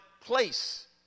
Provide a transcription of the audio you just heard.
place